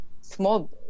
small